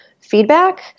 feedback